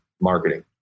marketing